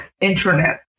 internet